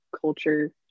culture